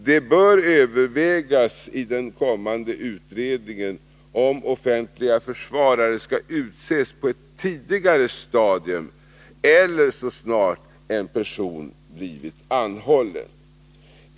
Det bör övervägas i den kommande utredningen om offentliga försvarare skall utses på ett tidigare stadium eller så snart en person blivit anhållen.